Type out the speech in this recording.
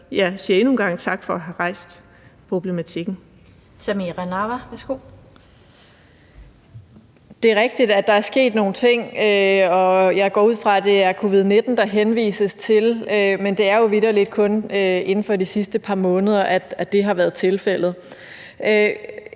(Annette Lind): Samira Nawa, værsgo. Kl. 16:38 Samira Nawa (RV): Det er rigtigt, at der er sket nogle ting, og jeg går ud fra, at det er covid-19, der henvises til, men det er jo vitterlig kun inden for de sidste par måneder, at det har været tilfældet.